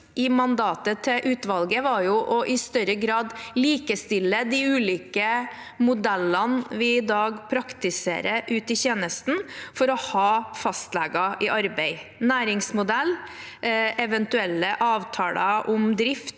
utvalget i mandat, var i større grad å likestille de ulike modellene vi i dag praktiserer ute i tjenesten for å ha fastleger i arbeid: næringsmodell, eventuelle avtaler